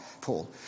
Paul